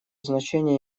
значение